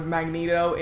Magneto